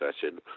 session